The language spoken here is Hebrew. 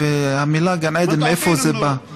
והמילה גן עדן, מאיפה זה בא?